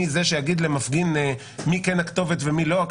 זה שאגיד למפגין מי כן הכתובת ומי לא,